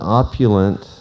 opulent